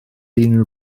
unrhyw